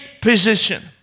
position